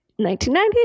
1990